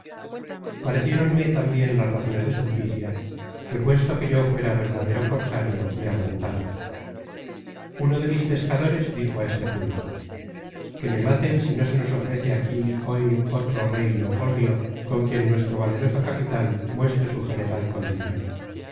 pareciéronme tan bien las razones de sulpicia que puesto que yo fuera verdadero cosario me ablandara uno de mis pescadores dijo a este punto que me maten si no se nos ofrece aquí hoy otro rey leopoldio con quien nuestro valeroso capitan muestre su general condicion